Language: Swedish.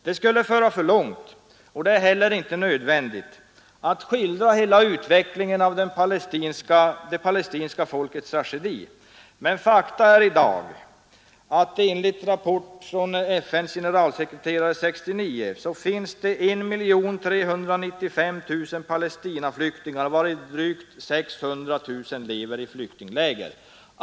Det skulle föra för långt — och det är heller inte nödvändigt — att skildra hela utvecklingen av det palestinska folkets tragedi, men fakta är att det enligt en rapport till FN:s generalsekreterare 1969 finns 1 395 000 Palestinaflyktingar, varav drygt 600 000 lever i flyktingläger.